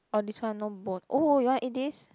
oh this one no bone oh you want eat this